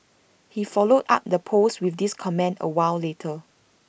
he followed up that post with this comment A while later